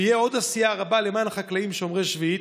ושתהיה עוד עשייה רבה למען חקלאים שומרי שביעית.